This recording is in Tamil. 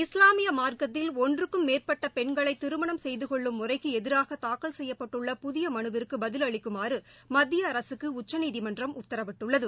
இஸ்லாமிய மார்க்கத்தில் ஒன்றுக்கும் மேற்பட்ட பெண்களை திருமணம் செய்து கொள்ளும் முறைக்கு எதிராக தாக்கல் செய்யப்பட்டுள்ள புதிய மனுவிற்கு பதில் அளிக்குமாறு மத்திய அரசுக்கு உச்சநீதிமன்றம் உத்தரவிட்டுள்ளது